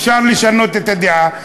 אפשר לשנות את הדעה,